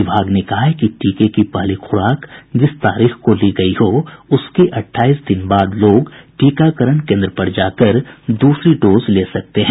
विभाग ने कहा है कि टीके की पहली खुराक जिस तारीख को ली गयी हो उसके अट्ठाईस दिन बाद लोग टीकाकरण केन्द्र पर जाकर दूसरी डोज ले सकते हैं